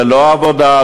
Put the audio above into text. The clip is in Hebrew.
ללא עבודה,